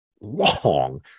long